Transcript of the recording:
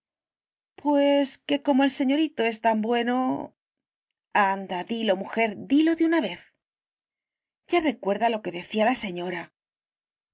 pues que como el señorito es tan bueno anda dilo mujer dilo de una vez ya recuerda lo que decía la señora